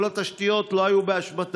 כל התשתיות לא היו באשמתם.